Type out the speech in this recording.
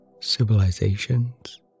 civilizations